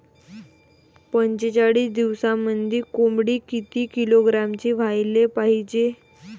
पंचेचाळीस दिवसामंदी कोंबडी किती किलोग्रॅमची व्हायले पाहीजे?